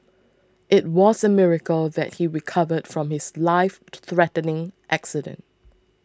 it was a miracle that he recovered from his lifethreatening accident